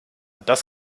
das